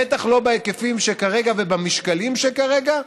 בטח לא בהיקפים שכרגע ובמשקלים שכרגע,